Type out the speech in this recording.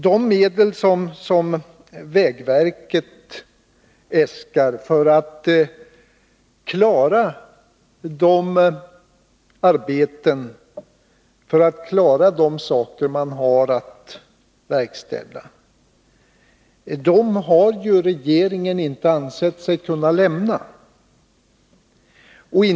De medel som vägverket äskar för att utföra de arbeten som verket har att verkställa har regeringen inte ansett sig kunna lämna.